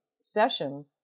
session